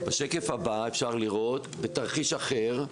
בשקף הבא אפשר לראות, בתרחיש אחר,